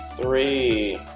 three